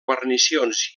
guarnicions